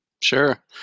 Sure